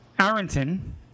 arrington